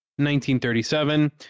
1937